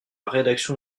rédaction